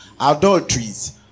adulteries